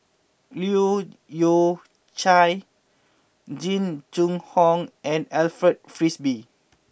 Leu Yew Chye Jing Jun Hong and Alfred Frisby